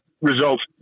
results